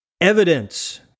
evidence